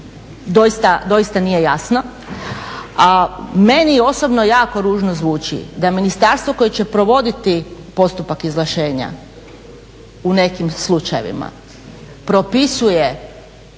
doista nije jasno, a meni osobno jako ružno zvuči da je ministarstvo koje će provoditi postupak izvlaštenja u nekim slučajevima propisuje